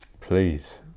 Please